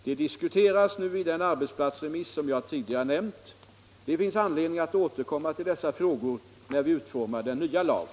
De diskuteras nu i den arbetsplatsremiss som jag tidigare nämnt. Det finns anledning att återkomma till dessa frågor när vi utformar den nya lagen.